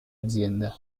aziende